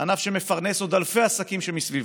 ענף שמפרנס עוד אלפי עסקים שמסביבו.